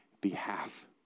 behalf